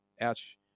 Ouch